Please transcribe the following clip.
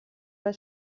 war